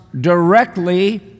directly